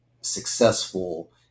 successful